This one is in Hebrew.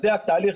זה התהליך.